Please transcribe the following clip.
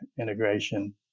integration